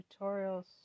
tutorials